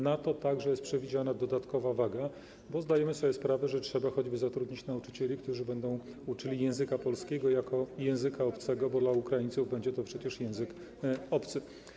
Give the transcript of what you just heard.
Na to także jest przewidziana dodatkowa waga, bo zdajemy sobie sprawę, że trzeba choćby zatrudnić nauczycieli, którzy będą uczyli języka polskiego jako języka obcego, bo dla Ukraińców będzie to przecież język obcy.